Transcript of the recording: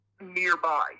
nearby